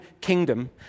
kingdom